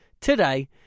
today